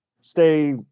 stay